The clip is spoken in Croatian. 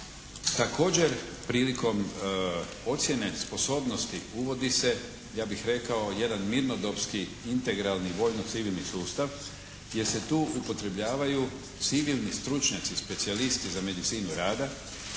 Također prilikom ocjene sposobnosti uvodi se ja bih rekao jedan mirnodopski integralni vojno-civilni sustav jer se tu upotrebljavaju civilni stručnjaci, specijalisti za medicinu rada